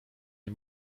nie